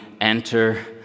enter